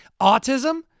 Autism